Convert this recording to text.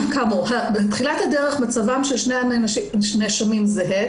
בתחילת הדרך מצבם של שני הנאשמים זהה,